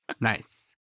Nice